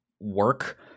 work